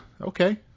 Okay